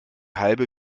halbe